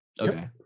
Okay